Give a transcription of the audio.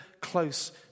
close